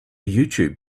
youtube